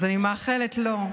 אז אני מאחלת לו,